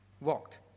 walked